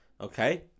Okay